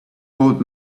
old